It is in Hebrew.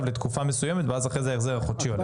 לתקופה מסוימת ואז אחרי זה ההחזר החודשי עולה.